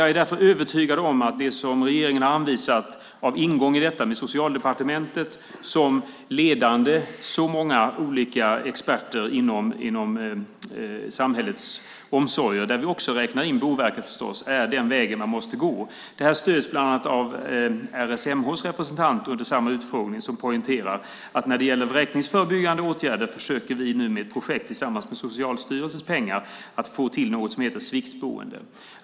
Jag är därför övertygad om att det som regeringen anvisat av ingång i detta, med Socialdepartementet som leder så många olika experter inom samhällets omsorger, där vi förstås också räknar in Boverket, är den väg man måste gå. Det här stöds bland annat av RSMH:s representant under samma utfrågning, som poängterar att man när det gäller vräkningsförebyggande åtgärder försöker att få till något som heter sviktboende i ett projekt med Socialstyrelsens pengar.